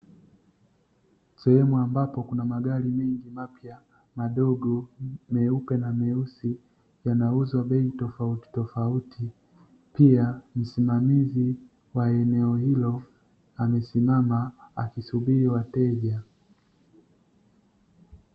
Sehemu ambapo kuna magari mengi mapya, madogo meupe na meusi yanauzwa bei tofautitofauti, pia msimamizi wa eneo hilo amesimama akisubiri wateja.